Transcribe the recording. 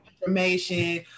information